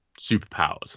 superpowers